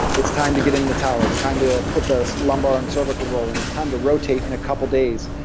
it's time to get in the tower, it's time to put the lumbar and cervical role, and it's time to rotate in a couple days,